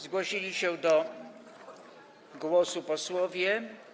Zgłosili się do głosu posłowie.